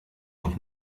noch